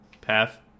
path